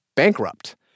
Bankrupt